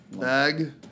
bag